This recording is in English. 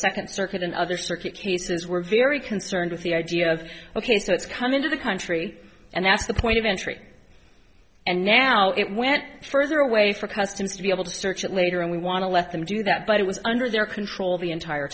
second circuit and other circuit cases were very concerned with the idea of ok so it's come into the country and that's the point of entry and now it went further away for customs to be able to search it later and we want to let them do that but it was under their control the entire